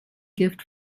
gift